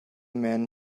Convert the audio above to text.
men